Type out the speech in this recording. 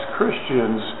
Christians